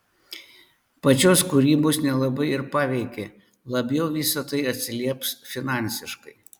pačios kūrybos nelabai ir paveikė labiau visa tai atsilieps finansiškai